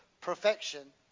perfection